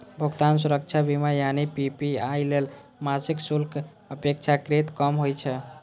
भुगतान सुरक्षा बीमा यानी पी.पी.आई लेल मासिक शुल्क अपेक्षाकृत कम होइ छै